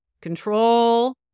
control